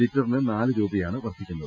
ലിറ്റ റിന് നാലുരൂപയാണ് വർദ്ധിക്കുന്നത്